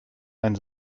ein